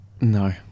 No